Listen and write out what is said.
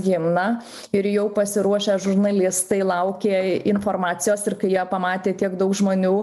himną ir jau pasiruošę žurnalistai laukė informacijos ir kai jie pamatė tiek daug žmonių